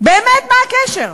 באמת, מה הקשר?